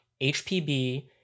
HPB